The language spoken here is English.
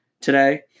today